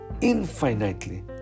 infinitely